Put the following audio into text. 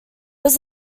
was